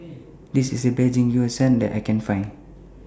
This IS The Best that I Can Find